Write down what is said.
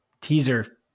teaser